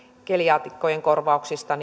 keliaakikkojen korvauksista